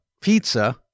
pizza